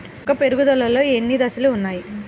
మొక్క పెరుగుదలలో ఎన్ని దశలు వున్నాయి?